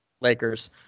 Lakers